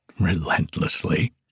relentlessly